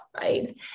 Right